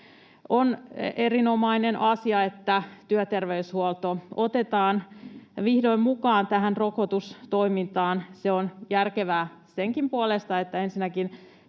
On erinomainen asia, että työterveyshuolto otetaan vihdoin mukaan tähän rokotustoimintaan. Se on järkevää senkin puolesta, että ensinnäkin